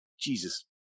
jesus